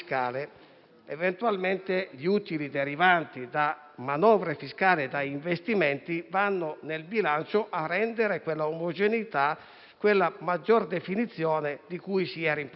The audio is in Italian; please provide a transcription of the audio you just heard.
eventualmente gli utili derivanti da manovre fiscali da investimenti vanno nel bilancio a rendere quella omogeneità e quella maggior definizione di cui si è rimproverati.